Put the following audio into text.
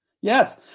yes